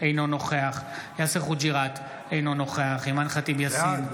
אינו נוכח יאסר חוג'יראת, בעד אימאן ח'טיב יאסין,